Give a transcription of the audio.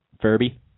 Furby